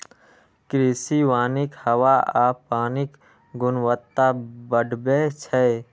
कृषि वानिक हवा आ पानिक गुणवत्ता बढ़बै छै